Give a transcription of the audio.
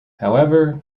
however